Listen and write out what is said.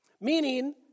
Meaning